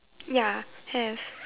ya have